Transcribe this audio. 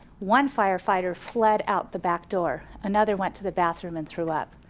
one firefighter fled out the back door another went to the bathroom and threw up.